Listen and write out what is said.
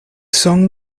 song